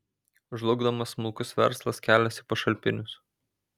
žlugdomas smulkus verslas kelias į pašalpinius